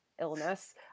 illness